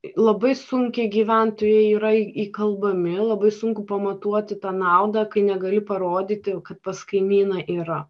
tai labai sunkiai gyventojai yra įkalbami labai sunku pamatuoti tą naudą kai negali parodyti kad pas kaimyną yra